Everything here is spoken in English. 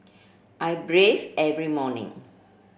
I bathe every morning